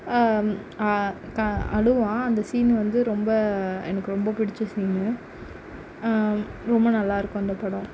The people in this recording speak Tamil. அழுவான் அந்த சீனு வந்து ரொம்ப எனக்கு ரொம்ப பிடித்த சீனு ரொம்ப நல்லாயிருக்கும் அந்த படம்